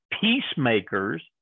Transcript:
peacemakers